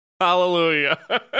hallelujah